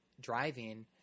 driving